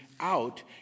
out